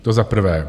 To za prvé.